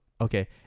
okay